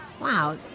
Wow